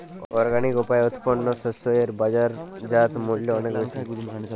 organic উপায়ে উৎপন্ন শস্য এর বাজারজাত মূল্য অনেক বেশি